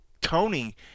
Tony